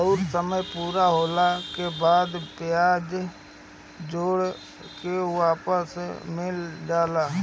अउर समय पूरा होला के बाद बियाज जोड़ के वापस मिल जाला